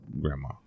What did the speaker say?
grandma